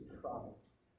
Christ